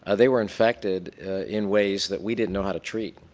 ah they were infected in ways that we didn't how to treat.